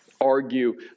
argue